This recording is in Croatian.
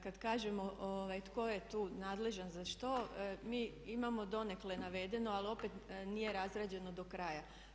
Kada kažemo tko je tu nadležan za što mi imamo donekle navedeno ali opet nije razrađeno do kraja.